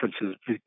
differences